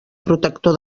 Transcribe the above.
protector